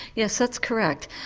yes, that's correct.